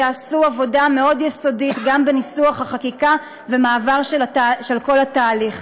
שעשו עבודה מאוד יסודית גם בניסוח החקיקה ומעבר של כל התהליך.